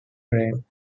frame